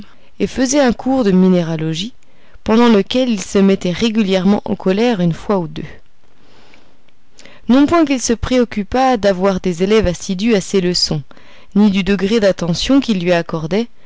et faisait un cours de minéralogie pendant lequel il se mettait régulièrement en colère une fois ou deux non point qu'il se préoccupât d'avoir des élèves assidus à ses leçons ni du degré d'attention qu'ils lui